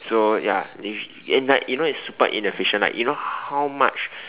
so ya if and like you know it's super inefficient you know like how much